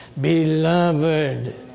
beloved